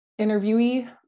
interviewee